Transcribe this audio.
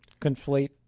conflate